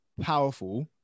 powerful